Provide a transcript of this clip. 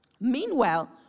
Meanwhile